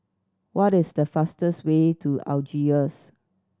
what is the fastest way to Algiers